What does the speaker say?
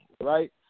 right